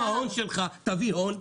תנסה עם ההון שלך תביא הון,